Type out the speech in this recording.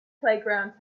playgrounds